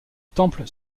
temple